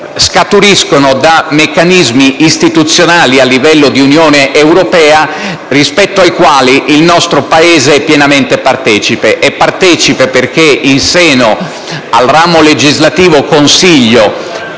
scaturiscono da meccanismi istituzionali a livello di Unione europea rispetto ai quali il nostro Paese è pienamente partecipe: è partecipe perché, in seno al ramo legislativo - Consiglio,